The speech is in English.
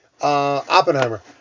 Oppenheimer